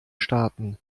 staaten